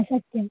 सत्यं